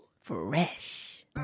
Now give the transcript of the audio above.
Fresh